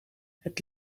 het